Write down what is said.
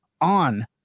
on